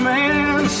man